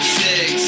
six